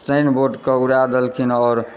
साइनबोर्डकेँ उड़ए देलखिन आओर